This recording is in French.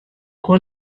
quoi